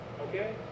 Okay